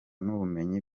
n’ubumenyi